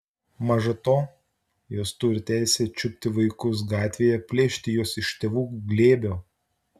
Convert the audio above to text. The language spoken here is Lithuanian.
maža to jos turi teisę čiupti vaikus gatvėje plėšti juos iš tėvų glėbio